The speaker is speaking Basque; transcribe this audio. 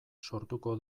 sortuko